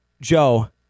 Joe